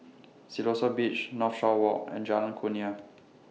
Siloso Beach Northshore Walk and Jalan Kurnia